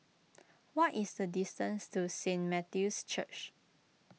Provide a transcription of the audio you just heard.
what is the distance to Saint Matthew's Church